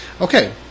Okay